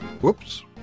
Whoops